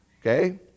Okay